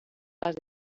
las